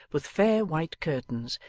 with fair white curtains,